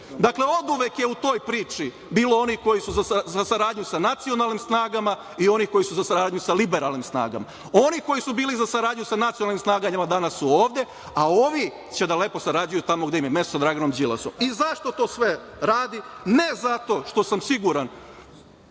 Dakle, oduvek je u toj priči bilo onih koji su za saradnju sa nacionalnim snagama i onih koji su za saradnju sa liberalnim snagama. Oni koji su bili za saradnju sa nacionalnim snagama, danas su ovde, a ovi će lepo da sarađuju tamo gde im je mesto, sa Draganom Đilasom.Zašto sve to radi? Ne, zato što sam siguran